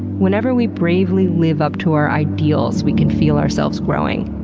whenever we bravely live up to our ideals, we can feel ourselves growing.